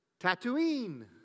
Tatooine